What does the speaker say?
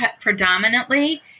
predominantly